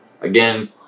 again